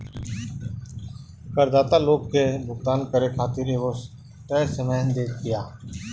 करदाता लोग के भुगतान करे खातिर एगो तय समय देत बिया